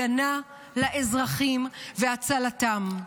הגנה על האזרחים והצלתם,